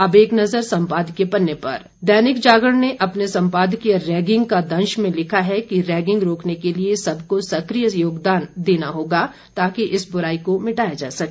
अब एक नजर संपादकीय पन्ने पर दैनिक जागरण ने अपने संपादकीय रैगिंग का दंश में लिखा है कि रैगिंग रोकने के लिए सबको सक्रिय योगदान देना होगा ताकि इस बुराई को मिटाया जा सके